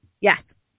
Yes